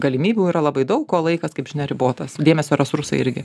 galimybių yra labai daug o laikas kaip žinia ribotas dėmesio resursai irgi